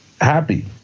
happy